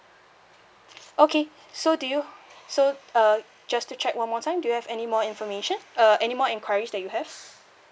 okay so do you so uh just to check one more time do you have any more information uh any more enquiries that you have